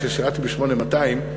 כששירתי ב-8200,